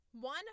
one